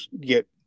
get